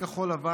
מסיעת כחול לבן,